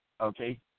okay